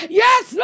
yes